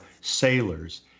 sailors